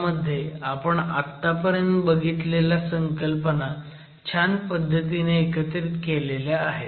ह्यामध्ये आपण आत्तापर्यंत बघितलेल्या संकल्पना छान पद्धतीने एकत्रित केलेल्या आहेत